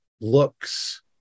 looks